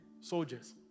soldiers